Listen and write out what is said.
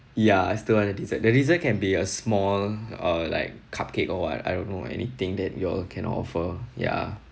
ya I still want the dessert the dessert can be a small or like cupcake or what I don't know anything that you all can offer ya